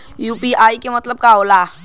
UPI के मतलब का होला?